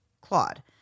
Claude